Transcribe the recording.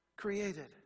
created